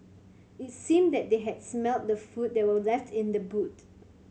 it seemed that they had smelt the food that were left in the boot